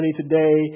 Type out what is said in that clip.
today